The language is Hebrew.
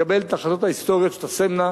לקבל את ההכרעות ההיסטוריות שתשמנה